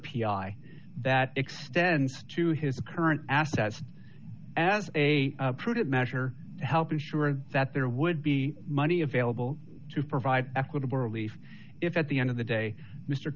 i that extends to his current assets as a prudent measure health insurance that there would be money available to provide equitable relief if at the end of the day mr